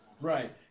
right